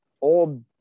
old